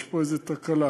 יש פה איזה תקלה,